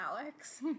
Alex